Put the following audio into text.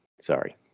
Sorry